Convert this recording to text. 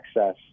access